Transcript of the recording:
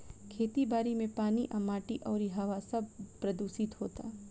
खेती बारी मे पानी आ माटी अउरी हवा सब प्रदूशीत होता